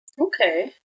Okay